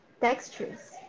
textures